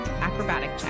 acrobatic